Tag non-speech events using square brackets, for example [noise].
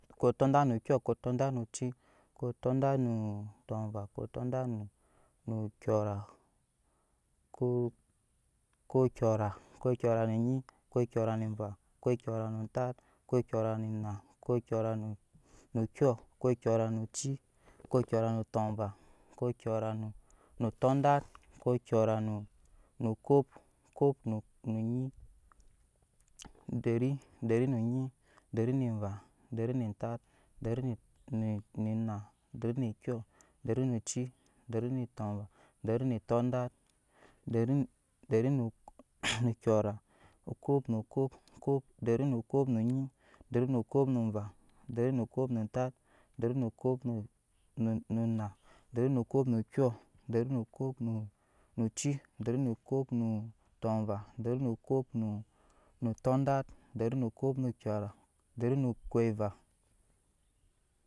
Kotodatnokyɔ kotodatnoci kotɔdatnotɔva kotodatnokyɔr ko kokyora kokyɔnonyi kokyrane vaa kokyɔrantat kokƴranonaa kokyora kyɔ kokyonoci kokyɔranotava kokyɔrano tɔat kokyɔranokap kop no nyi deri dei nenyi deivaa deri ne tat derinenaa derinenekyɔ derineci derinetɔvaa deinetɔdat derino derino [noise] kyɔra kop no kop kop dereinkopnonyi deriino kopnovaa derinokop na tat derinokop nona derinokop nonkyɔ dernokopnoci derinokopno tɔva derinokoponotɔdart derino kopno kyɔra dern ekoiva.